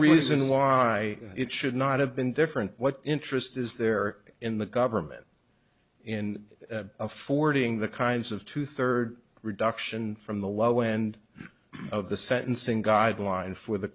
reason why it should not have been different what interest is there in the government in affording the kinds of two third reduction from the low end of the sentencing guidelines for the